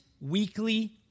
weekly